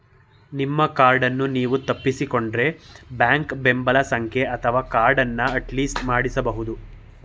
ನಿಮ್ಮ ಕಾರ್ಡನ್ನು ನೀವು ತಪ್ಪಿಸಿಕೊಂಡ್ರೆ ಬ್ಯಾಂಕ್ ಬೆಂಬಲ ಸಂಖ್ಯೆ ಅಥವಾ ಕಾರ್ಡನ್ನ ಅಟ್ಲಿಸ್ಟ್ ಮಾಡಿಸಬಹುದು